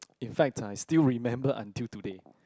in fact I still remember until today